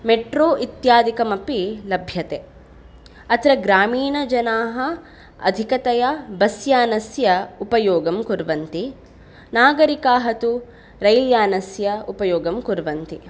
metro इत्यादिकमपि लभ्यते अत्र ग्रामीणजनाः अधिकतया बस्यानस्य उपयोगं कुर्वन्ति नागरिकाः तु रैल्यानस्य उपयोगं कुर्वन्ति